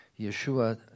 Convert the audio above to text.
Yeshua